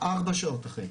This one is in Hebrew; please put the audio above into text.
ארבע שעות אחרי.